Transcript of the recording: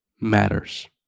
matters